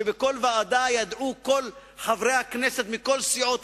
שבכל ועדה ידעו כל חברי הכנסת מכל סיעות